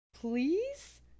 Please